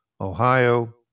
Ohio